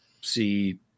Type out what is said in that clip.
see